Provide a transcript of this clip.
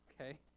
okay